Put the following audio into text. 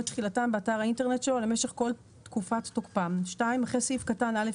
תחילתם באתר האינטרנט שלו למשך כל תקופת תקפם."; אחרי סעיף קטן (א)